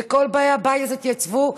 וכל באי הבית הזה התייצבו,